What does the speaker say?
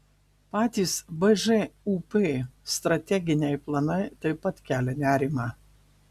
patys bžūp strateginiai planai taip pat kelia nerimą